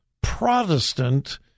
Protestant